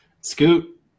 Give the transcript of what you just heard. Scoot